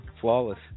Flawless